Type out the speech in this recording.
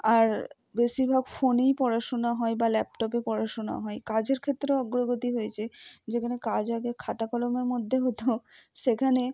আর বেশিরভাগ ফোনেই পড়াশোনা হয় বা ল্যাপটপে পড়াশোনা হয় কাজের ক্ষেত্রে অগ্রগতি হয়েছে যেখানে কাজ আগে খাতা কলমের মধ্যে হতো সেখানে